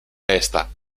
desta